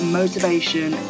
motivation